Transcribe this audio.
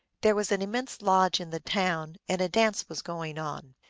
there was an immense lodge in the town, and a dance was going on.